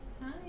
Hi